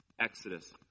Exodus